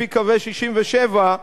לפי קווי 67',